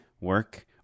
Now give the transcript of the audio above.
work